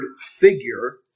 figure